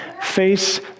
face